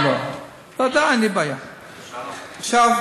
שהיא טיפול לאחר מעשה,